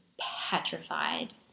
Petrified